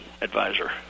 advisor